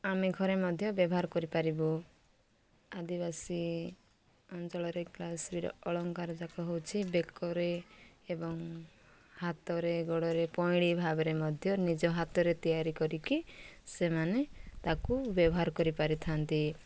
ଆମେ ଘରେ ମଧ୍ୟ ବ୍ୟବହାର କରିପାରିବୁ ଆଦିବାସୀ ଅଞ୍ଚଳରେ ଅଳଙ୍କାରଯାକ ହେଉଛି ବେକରେ ଏବଂ ହାତରେ ଗୋଡ଼ରେ ପଇଁଡ଼ି ଭାବରେ ମଧ୍ୟ ନିଜ ହାତରେ ତିଆରି କରିକି ସେମାନେ ତାକୁ ବ୍ୟବହାର କରିପାରିଥାନ୍ତି